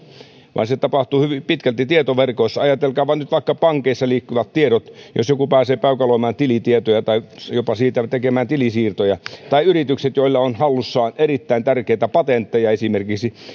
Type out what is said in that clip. vaan se tapahtuu hyvin pitkälti tietoverkoissa ajatelkaapa nyt vaikka pankeissa liikkuvia tietoja jos joku pääsee peukaloimaan tilitietoja tai jopa tekemään tilisiirtoja tai yrityksiä joilla on hallussaan esimerkiksi erittäin tärkeitä patentteja